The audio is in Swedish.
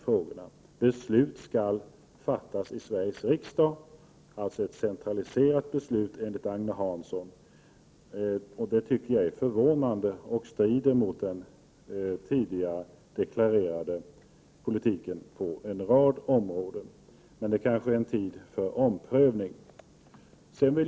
Enligt Agne Hansson skall beslut fattas i Sveriges riksdag, alltså centraliserade beslut. Detta är förvånande och strider mot den tidigare deklarerade politiken på en rad områden. Men det kanske råder tid för omprövning.